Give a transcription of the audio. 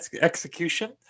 execution